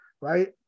right